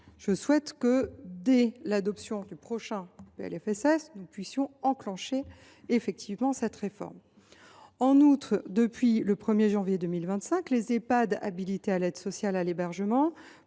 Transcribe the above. Je souhaite que, dès l’adoption du prochain PLFSS, nous puissions enclencher effectivement cette réforme. En outre, depuis le 1 janvier 2025, les établissements habilités à l’aide sociale à l’hébergement